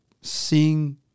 sing